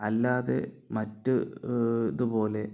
അല്ലാതെ മറ്റ് ഇതുപോലെ